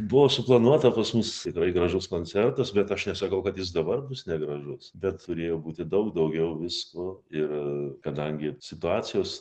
buvo suplanuota pas mus tikrai gražus koncertas bet aš nesakau kad jis dabar bus negražus bet turėjo būti daug daugiau visko ir kadangi situacijos